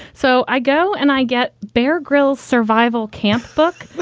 so i go and i get bear grylls survival camp book.